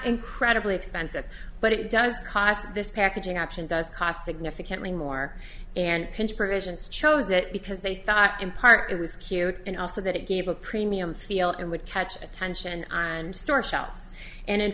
incredibly expensive but it does cost this packaging option does cost significantly more and pinch provisions chose it because they thought in part it was cute and also that it gave a premium feel and would catch attention and store shelves and in